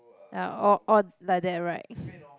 ya all all like that right